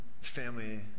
family